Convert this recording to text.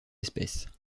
espèces